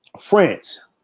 France